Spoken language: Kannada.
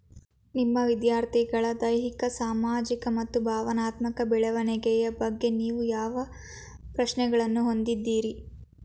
ನಿಮ್ಮ ವಿದ್ಯಾರ್ಥಿಗಳ ದೈಹಿಕ ಸಾಮಾಜಿಕ ಮತ್ತು ಭಾವನಾತ್ಮಕ ಬೆಳವಣಿಗೆಯ ಬಗ್ಗೆ ನೀವು ಯಾವ ಪ್ರಶ್ನೆಗಳನ್ನು ಹೊಂದಿದ್ದೀರಿ?